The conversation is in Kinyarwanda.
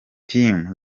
team